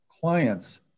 client's